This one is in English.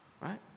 Right